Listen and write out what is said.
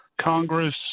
congress